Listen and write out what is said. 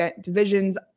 divisions